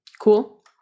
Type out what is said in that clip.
Cool